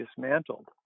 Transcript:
Dismantled